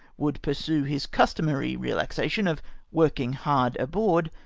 would pursue his customary relaxation of working hard aboard,